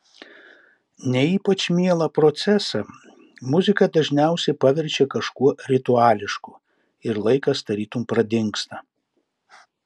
ne ypač mielą procesą muzika dažniausiai paverčia kažkuo rituališku ir laikas tarytum pradingsta